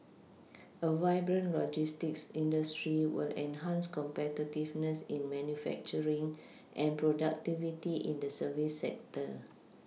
a vibrant logistics industry will enhance competitiveness in manufacturing and productivity in the service sector